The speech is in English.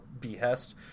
behest